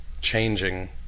changing